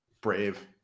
Brave